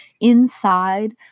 inside